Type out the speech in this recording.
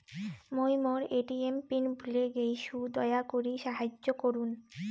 মুই মোর ATM PIN ভুলে গেইসু, দয়া করি সাহাইয্য করুন